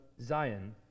Zion